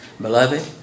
Beloved